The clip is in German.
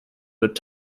wird